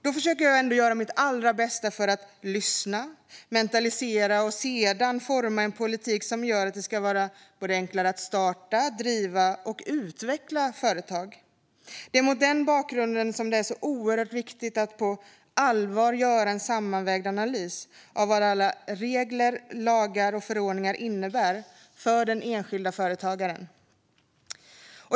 Jag försöker att göra mitt allra bästa för att lyssna, mentalisera och sedan forma en politik som gör att det ska vara enklare att starta, driva och utveckla företag. Det är mot den bakgrunden som det är så oerhört viktigt att på allvar göra en sammanvägd analys av vad alla regler, lagar och förordningar innebär för den enskilde företagaren.